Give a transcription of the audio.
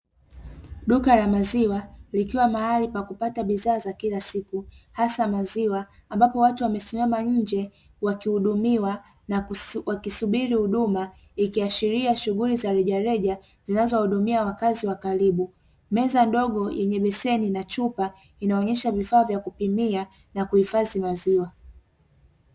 Duka la maziwa, likiwa mahali pakupata bidhaa za kila siku hasa maziwa, ambapo watu wamesimama nje wakihudumiwa na wakisubiri huduma, ikiashiria shughuli za rejareja zinazohudumia wakazi wa karibu. Meza ndogo yenye beseni na chupa inaonesha vifaa vya kupikia na kuhifadhi maziwa.